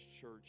church